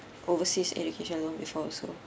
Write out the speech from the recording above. overseas education loan before also